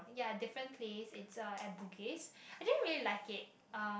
ya different place it's uh at Bugis I didn't really like it um